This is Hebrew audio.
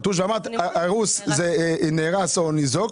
גם שהרוס זה שנהרס או ניזוק,